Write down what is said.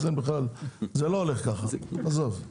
זה לא הולך ככה, עזוב.